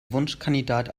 wunschkandidat